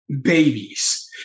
Babies